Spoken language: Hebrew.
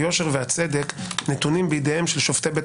היושר והצדק נתונים בידיהם של שופטי בית